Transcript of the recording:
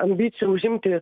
ambicijų užimti